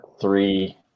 three